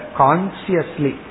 consciously